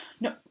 no